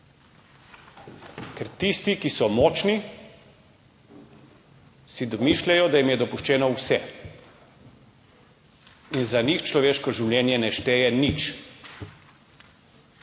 Ker tisti, ki so močni, si domišljajo, da jim je dopuščeno vse in za njih človeško življenje ne šteje nič.